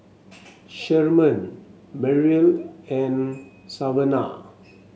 Sherman Merrill and Savanah